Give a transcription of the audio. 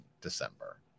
December